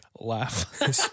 laugh